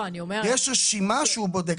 יש רשימה שהוא בודק.